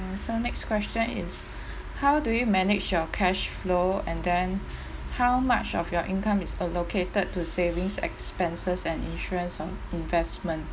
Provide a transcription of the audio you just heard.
so next question is how do you manage your cash flow and then how much of your income is allocated to savings expenses and insurance on investment